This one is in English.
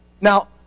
Now